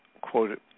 quoted